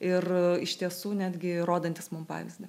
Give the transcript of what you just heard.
ir iš tiesų netgi rodantys mum pavyzdį